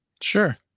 Sure